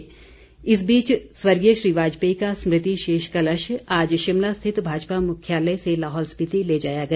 विसर्जन इस बीच स्वर्गीय श्री वाजपेयी का स्मृति शेष कलश आज शिमला स्थित भाजपा मुख्यालय से लाहौल स्पीति ले जाया गया